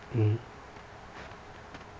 mmhmm